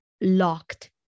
locked